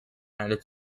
added